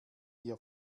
hier